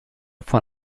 von